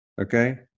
okay